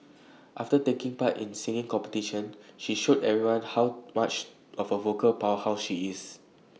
after taking part in the singing competition she showed everyone how much of A vocal powerhouse she is